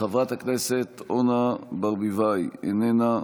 חברת הכנסת אורנה ברביבאי, איננה.